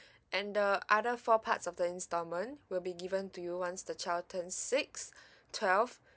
and the other four parts of the installment will be given to you once the child turned six twelve